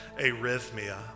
arrhythmia